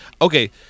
okay